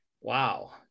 Wow